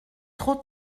trop